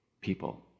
people